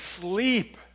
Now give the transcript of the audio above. sleep